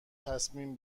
تصمیم